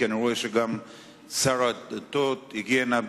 כי אני רואה שגם שר הדתות הגיע הנה,